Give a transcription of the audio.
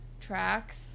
tracks